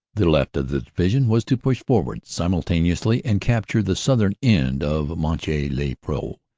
the left of the division was to push for ward simultaneously and capture the southern end of monchy le-preux.